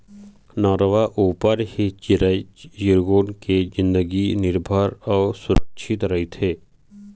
नरूवा ऊपर ही चिरई चिरगुन के जिनगी निरभर अउ सुरक्छित रहिथे